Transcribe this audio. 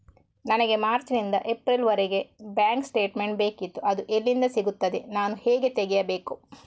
ನನಗೆ ಮಾರ್ಚ್ ನಿಂದ ಏಪ್ರಿಲ್ ವರೆಗೆ ಬ್ಯಾಂಕ್ ಸ್ಟೇಟ್ಮೆಂಟ್ ಬೇಕಿತ್ತು ಅದು ಎಲ್ಲಿಂದ ಸಿಗುತ್ತದೆ ನಾನು ಹೇಗೆ ತೆಗೆಯಬೇಕು?